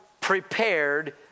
prepared